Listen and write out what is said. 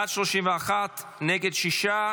בעד, 31, נגד, שישה.